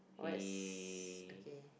what's okay